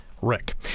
rick